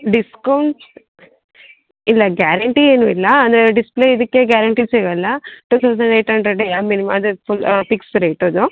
discount ಇಲ್ಲ guarantee ಏನೂ ಇಲ್ಲ ಅಂದರೆ ಡಿಸ್ಪ್ಲೇ ಇದ್ಕೆ ಗ್ಯಾರಂಟಿ ಸಿಗೋಲ್ಲ ಟು ತೌಸಂಡ್ ಏಟ್ ಹಂಡ್ರೆಡೆಯಾ ಆಮೇಲೆ ಅದು ಫುಲ್ ಪಿಕ್ಸ್ ರೇಟ್ ಅದು